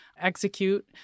execute